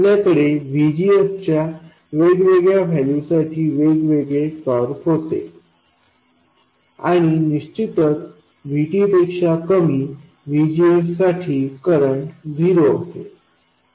आपल्याकडे VGSच्या वेगवेगळ्या व्हॅल्यू साठी वेगवेगळे कर्व होते आणि निश्चितच VTपेक्षा कमी VGSसाठी करंट झिरो असेल